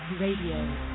Radio